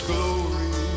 Glory